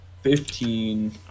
fifteen